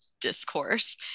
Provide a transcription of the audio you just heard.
discourse